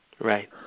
Right